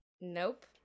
Nope